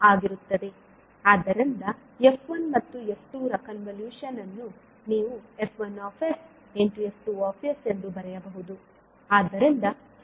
ಆದ್ದರಿಂದ ಎಫ್ 1 ಮತ್ತು ಎಫ್ 2 ರ ಕನ್ವಲೂಶನ್ ಅನ್ನು ನೀವು F1F2 ಎಂದು ಬರೆಯಬಹುದು